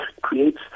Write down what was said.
creates